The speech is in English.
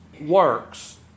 works